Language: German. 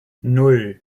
nan